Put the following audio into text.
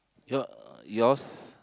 your uh yours